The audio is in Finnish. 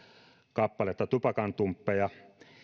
kappaletta tupakantumppeja